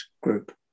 Group